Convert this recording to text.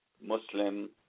Muslim